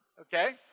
Okay